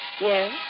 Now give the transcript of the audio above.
Yes